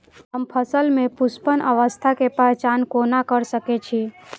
हम फसल में पुष्पन अवस्था के पहचान कोना कर सके छी?